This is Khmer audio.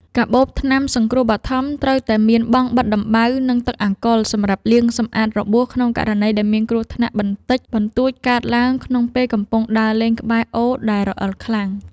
កាបូបថ្នាំសង្គ្រោះបឋមត្រូវតែមានបង់បិទដំបៅ និង ទឹកអាល់កុលសម្រាប់លាងសម្អាតរបួសក្នុងករណីដែលមានគ្រោះថ្នាក់បន្តិចបន្តួចកើតឡើងក្នុងពេលកំពុងដើរលេងក្បែរមាត់អូរដែលរអិលខ្លាំង។